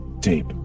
Tape